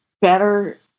better